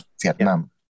Vietnam